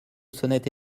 sonnette